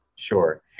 Sure